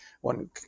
One